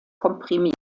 komprimiert